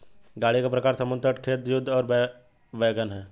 गाड़ी का प्रकार समुद्र तट, खेत, युद्ध और बैल वैगन है